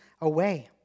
away